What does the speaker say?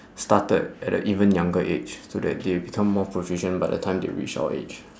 started at an even younger age so that they become more proficient by the time they reach our age